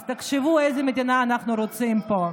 אז תחשבו איזו מדינה אנחנו רוצים פה.